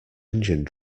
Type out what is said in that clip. engine